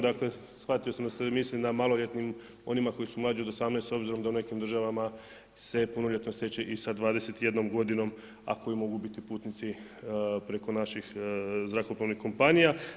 Dakle shvatio sam da se misli na maloljetnim onima koji su mlađi od 18 s obzirom da se u nekim državama punoljetnost stiče i sa 21 godinom a koji mogu biti putnici preko naših zrakoplovnih kompanija.